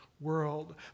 world